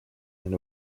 and